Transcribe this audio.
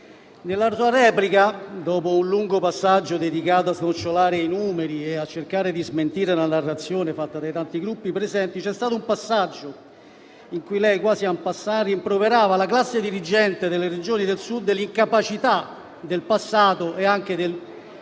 Nella sua replica, dopo un lungo passaggio dedicato a snocciolare i numeri e a cercare di smentire la narrazione fatta dai tanti Gruppi presenti, c'è stato un passaggio in cui lei, quasi *en passant*, rimproverava la classe dirigente delle Regioni del Sud per l'incapacità del passato e anche